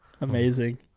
Amazing